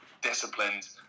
disciplined